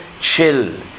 chill